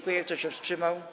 Kto się wstrzymał?